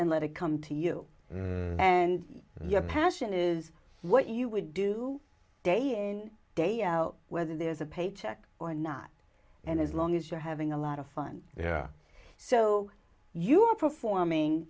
and let it come to you and your passion is what you would do day in day out whether there's a paycheck or not and as long as you're having a lot of fun yeah so you're performing